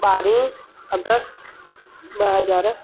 ॿारहं अगस्त ॿ हज़ार